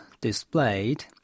displayed